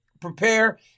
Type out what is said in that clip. prepare